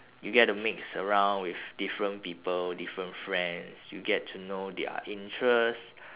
you get to mix around with different people different friends you get to know their interest